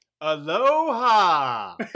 Aloha